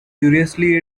curiously